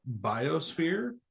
Biosphere